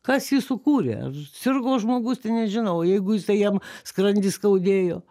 kas jį sukūrė ar sirgo žmogus tai nežinau o jeigu jisai jam skrandį skaudėjo